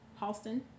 halston